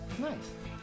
nice